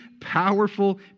powerful